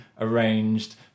arranged